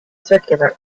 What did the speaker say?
circular